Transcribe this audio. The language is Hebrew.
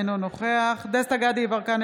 אינו נוכח דסטה גדי יברקן,